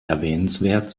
erwähnenswert